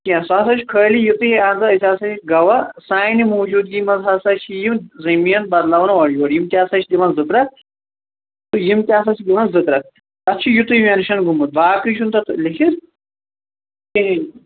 سُہ ہسا چھُ خٲلی یُتھُے اَہن سا أسۍ ہسا چھِ گواہ سانِہ موجوٗدگی منٛز ہسا چھُ یہِ زٔمیٖن بدلاون اورٕ یورٕ یم تہِ ہسا چھِ دوان زٕ ترٛکھ تہِ یم تہِ ہسا چھِ دوان زٕ ترٛکھ تتھ چھُ یِتُے مینشن گوٚمُت باقٕے چُھنہ تتھ لٮ۪کِتھ کہینہ